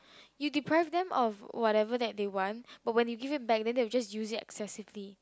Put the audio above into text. you deprive them of whatever that they want but when you give it back then they will just use it excessively